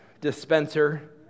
dispenser